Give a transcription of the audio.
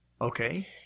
okay